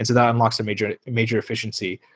and that unlocks major major efficiency.